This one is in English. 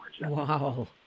Wow